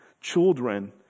children